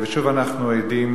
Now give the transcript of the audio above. שוב אנחנו עדים,